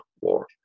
War